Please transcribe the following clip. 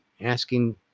asking